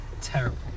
terrible